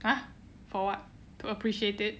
!huh! for what to appreciate it